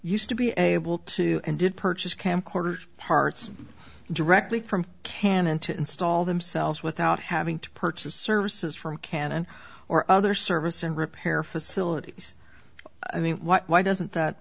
used to be able to and did purchase camcorders parts directly from canon to install themselves without having to purchase services from canon or other service and repair facilities i mean why doesn't